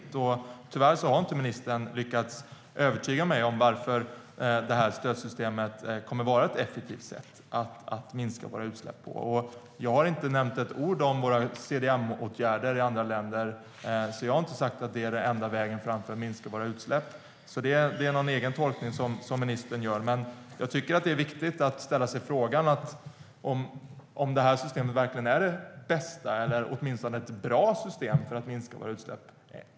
Tyvärr har ministern inte lyckats övertyga mig om varför stödsystemet kommer att vara ett effektivt sätt att minska våra utsläpp. Och jag har inte nämnt våra CDM-åtgärder i andra länder med ett enda ord och har inte sagt att det är den enda vägen att minska våra utsläpp. Det är någon egen tolkning som ministern gör. Men jag tycker det är viktigt att fråga sig om det här systemet är det bästa eller åtminstone ett bra system för att minska våra utsläpp.